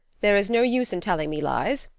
there is no use in telling me lies.